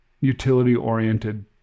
utility-oriented